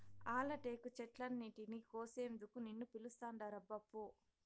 ఆల టేకు చెట్లన్నింటినీ కోసేందుకు నిన్ను పిలుస్తాండారబ్బా పో